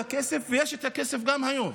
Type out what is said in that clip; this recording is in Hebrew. והכסף היה ויש את הכסף גם היום,